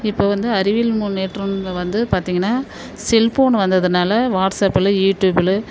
இப்போ வந்து அறிவியல் முன்னேற்றம்ல வந்து பார்த்திங்கன்னா செல்ஃபோன் வந்ததினால வாட்ஸப்பிலு யூடியூபிலு